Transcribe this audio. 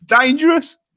Dangerous